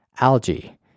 algae